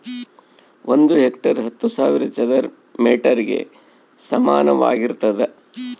ಒಂದು ಹೆಕ್ಟೇರ್ ಹತ್ತು ಸಾವಿರ ಚದರ ಮೇಟರ್ ಗೆ ಸಮಾನವಾಗಿರ್ತದ